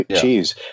cheese